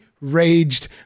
raged